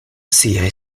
siaj